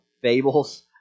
fables